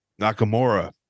Nakamura